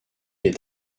est